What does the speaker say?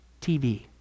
TV